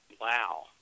Wow